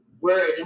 word